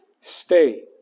Stay